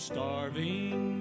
starving